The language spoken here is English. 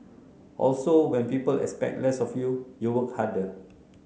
also when people expect less of you you work harder